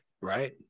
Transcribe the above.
right